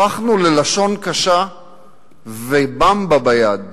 הפכנו ללשון קשה ו"במבה" ביד.